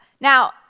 Now